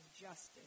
justice